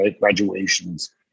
graduations